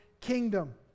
kingdom